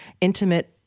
intimate